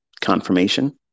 confirmation